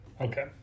Okay